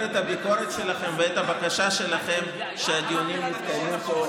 את הביקורת שלכם ואת הבקשה שלכם שהדיונים יתקיימו פה לאורך הלילות.